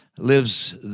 lives